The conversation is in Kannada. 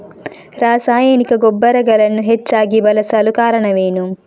ರಾಸಾಯನಿಕ ಗೊಬ್ಬರಗಳನ್ನು ಹೆಚ್ಚಾಗಿ ಬಳಸಲು ಕಾರಣವೇನು?